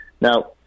Now